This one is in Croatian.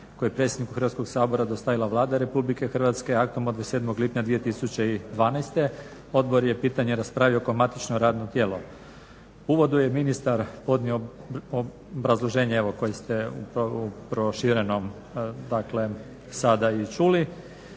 koji je predsjedniku Hrvatskog sabora dostavila Vlada Republike Hrvatske, aktom od 27. lipnja 2012. Odbor je pitanje raspravio kao matično radno tijelo. U uvodu je ministar podnio obrazloženje, evo koje ste upravo u proširenom, dakle sada i čuli.